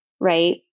right